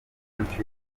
n’abantu